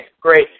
great